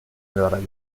mörder